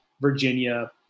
Virginia